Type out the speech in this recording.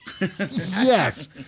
Yes